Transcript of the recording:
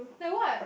like what